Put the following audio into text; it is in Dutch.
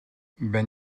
ben